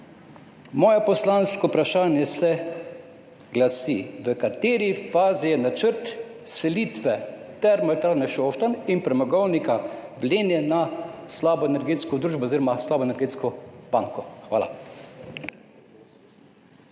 Moje poslansko vprašanje se glasi: V kateri fazi je načrt selitve Termoelektrarne Šoštanj in Premogovnika Velenje na slabo energetsko družbo oziroma slabo energetsko banko? Hvala.